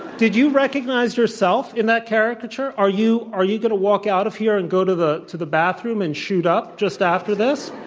did you recognize yourself in that caricature? are you are you going to walk out of here and go to the to the bathroom and shoot up just after this?